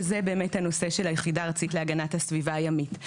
שהיא בעצם הנושא של היחידה הארצית להגנת הסביבה הימית,